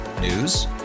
News